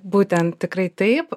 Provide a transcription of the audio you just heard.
būtent tikrai taip